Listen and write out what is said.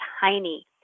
tiny